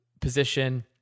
position